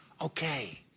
Okay